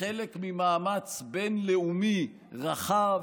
כחלק ממאמץ בין-לאומי רחב,